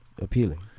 appealing